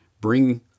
bring